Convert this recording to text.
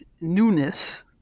newness